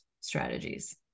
strategies